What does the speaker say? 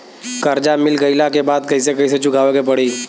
कर्जा मिल गईला के बाद कैसे कैसे चुकावे के पड़ी?